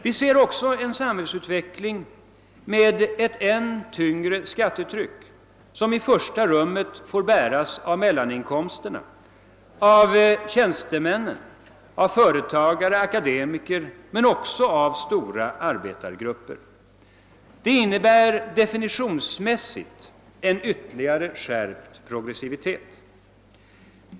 Vi ser också en samhällsutveckling med ett än tyngre skattetryck som i främsta rummet får bäras av mellaninkomsttagarna, av tjänstemännen, av företagare och akademiker men också av stora arbetargrupper. Detta innebär definitionsmässigt en ytterligare skärpt progressivitet.